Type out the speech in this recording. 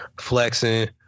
flexing